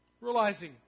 Realizing